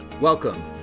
Welcome